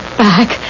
back